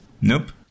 Nope